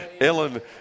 Ellen